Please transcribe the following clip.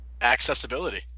accessibility